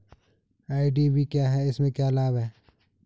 IDV क्या है इसमें क्या लाभ है?